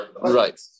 Right